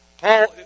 Paul